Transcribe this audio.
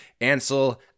Ansel